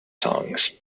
songs